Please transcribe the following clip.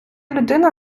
людина